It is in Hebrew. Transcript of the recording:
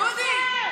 דודי,